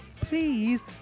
please